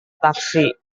taksi